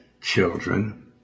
children